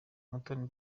umutoni